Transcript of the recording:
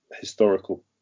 historical